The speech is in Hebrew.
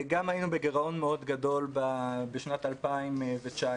עצום, גם היינו בגירעון מאוד גדול בשנת 2019,